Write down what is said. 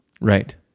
Right